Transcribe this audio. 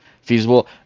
feasible